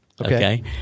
Okay